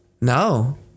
no